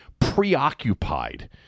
preoccupied